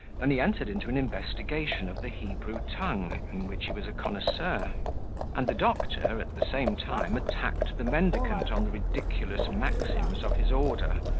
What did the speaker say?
than he entered into an investigation of the hebrew tongue, in which he was a connoisseur and the doctor at the same time attacked the mendicant on the ridiculous maxims of his order,